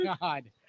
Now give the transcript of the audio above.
God